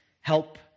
help